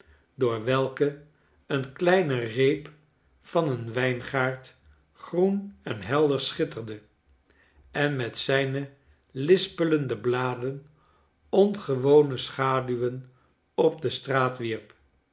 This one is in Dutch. door welke een kleine reep van een wijngaard groen en helder schitterde en met zijne lispelende bladen ongewone schaduwen op de straat wierp